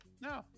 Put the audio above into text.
No